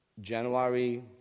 January